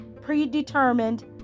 predetermined